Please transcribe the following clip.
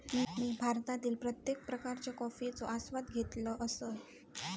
मी भारतातील प्रत्येक प्रकारच्या कॉफयेचो आस्वाद घेतल असय